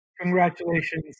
Congratulations